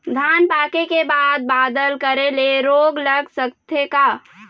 धान पाके के बाद बादल करे ले रोग लग सकथे का?